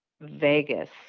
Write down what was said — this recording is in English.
Vegas